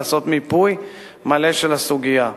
לעשות מיפוי מלא של הסוגיה.